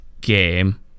game